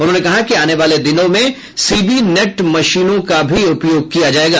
उन्होंने कहा कि आने वाले दिनों में सीबी नेट मशीनों का भी उपयोग किया जायेगा